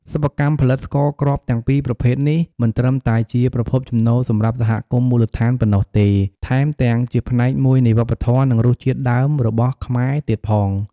សិប្បកម្មផលិតស្ករគ្រាប់ទាំងពីរប្រភេទនេះ មិនត្រឹមតែជាប្រភពចំណូលសម្រាប់សហគមន៍មូលដ្ឋានប៉ុណ្ណោះទេ ថែមទាំងជាផ្នែកមួយនៃវប្បធម៌ និងរសជាតិដើមរបស់ខ្មែរទៀតផង។